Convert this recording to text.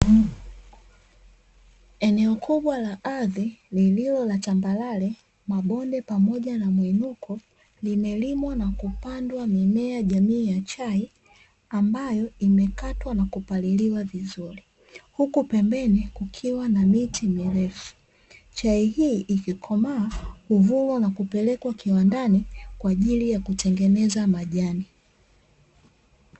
Eneo kubwa la ardhi lililo la tambarale, mabonde pamoja na mwinuko, limelimwa na kupandwa mimea jamii ya chai ambayo imekatwa na kupaliliwa vizuri, huku pembeni kukiwa na miti mirefu. Chai hii ikikomaa huvunwa na kupelekwa kiwandani kwa ajili ya kutengeneza majani.